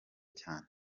cyane